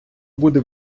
буде